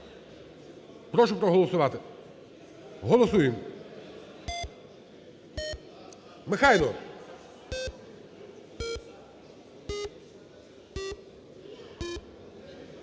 Прошу проголосувати. Голосуємо. Михайле…